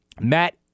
Matt